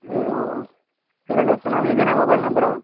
మేము ఎల్లుండొస్తున్నాము ఇదే నా మొబైల్ నెంబరు